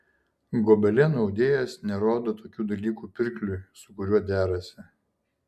gobelenų audėjas nerodo tokių dalykų pirkliui su kuriuo derasi